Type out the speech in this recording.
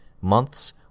months